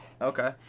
Okay